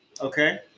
Okay